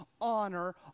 honor